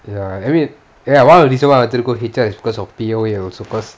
ya I mean ya one of the reasons why I wanted to go H_R is because of P_O_A also secondary